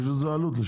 יש לזה עלות.